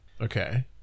okay